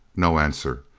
no answer.